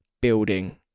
building